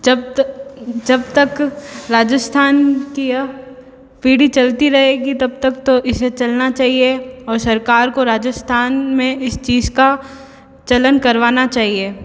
जब ता जब तक राजस्थान की यह पीढ़ी चलती रहेगी तब तक तो इसे चलना चाहिए और सरकार को राजस्थान में इस चीज़ का चलन करवाना चाहिए